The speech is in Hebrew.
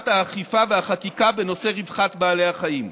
האכיפה והחקיקה בנושא רווחת בעלי החיים.